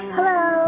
Hello